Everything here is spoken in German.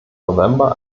november